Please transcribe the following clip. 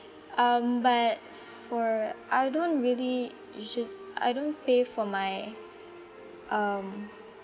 um but for I don't really usua~ I don't pay for my um